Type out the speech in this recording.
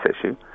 issue